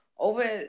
over